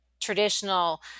traditional